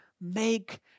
make